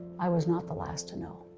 i was not the last to know.